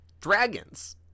Dragons